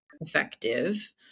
effective